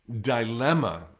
dilemma